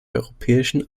europäischen